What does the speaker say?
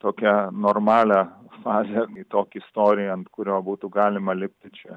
tokią normalią fazę į tokį storį ant kurio būtų galima lipti čia